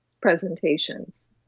presentations